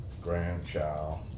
grandchild